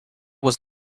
was